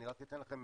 אני רק אתן לכם,